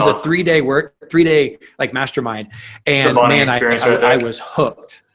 ah three day work, three day like mastermind and but and i was hooked.